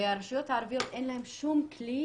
ולרשויות הערביות אין שום כלי,